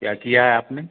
क्या किया है आपने